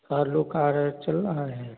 आलू का रेट चल रहा है